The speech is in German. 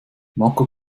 marco